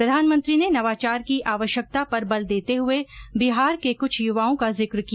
प्रधानमंत्री ने नवाचार की आवश्यकता पर बल देते हुए बिहार के कुछ युवाओं का जिक्र किया